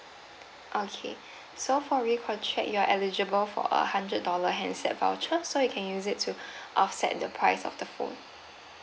okay so for recontract you're eligible for a hundred dollar handset voucher so you can use it to offset the price of the phone